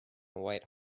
white